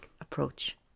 approach